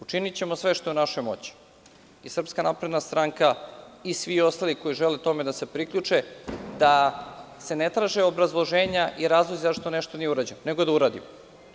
Učinićemo sve što je u našoj moći i SNS i svi ostali koji žele tome da se priključe, da se ne traže obrazloženja i razlozi zašto nešto nije urađeno, nego da uradimo.